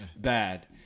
bad